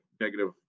negative